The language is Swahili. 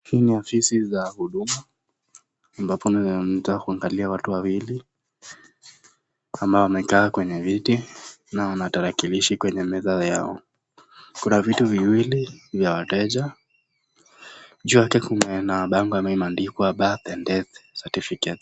Hizi ni ofisi za huduma ambapo unaweza kuangalia watu wawili ambao wamekaa kwenye viti na wana tarakilishi kwenye meza yao . Kuna viti viwili vya wateja . Juu yake kuna bango ambayo imeandikwa birth and death certificate .